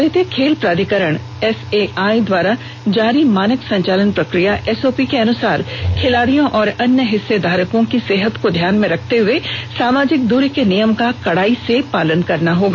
भारतीय खेल प्राधिकरण एसएआई द्वारा जारी मानक संचालन प्रक्रिया एसओपी के अनुसार खिलाड़ियों और अन्य हिस्सेधारकों की सेहत को ध्यान में रखते हुए सामाजिक दूरी के नियम का कड़ाई से पालन करना होगा